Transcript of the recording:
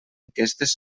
enquestes